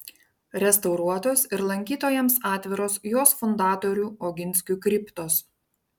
restauruotos ir lankytojams atviros jos fundatorių oginskių kriptos